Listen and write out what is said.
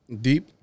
Deep